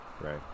right